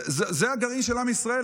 זה הגרעין של עם ישראל,